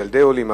ילדי עולים,